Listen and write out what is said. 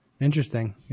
interesting